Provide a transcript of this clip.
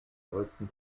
größten